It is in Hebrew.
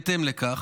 בהתאם לכך,